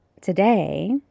today